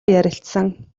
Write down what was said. ярилцсан